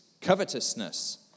covetousness